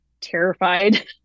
terrified